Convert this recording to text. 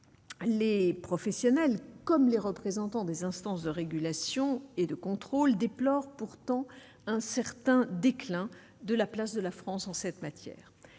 les professionnels comme les représentants des instances de régulation et de contrôle, déplore pourtant un certain déclin de la place de la France en cette matière,